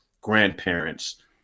grandparents